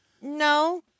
No